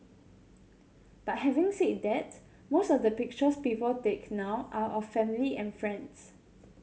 but having said that most of the pictures people take now are of family and friends